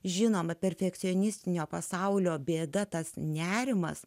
žinoma perfekcioniste šio pasaulio bėda tas nerimas